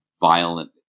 violent